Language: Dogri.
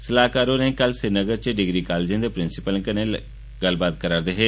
सलाह्कार होरे कल श्रीनगर च डिग्री कॉलेजें दे प्रिंसीपलें कन्नै गल्लबात करा'रदे हे